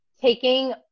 taking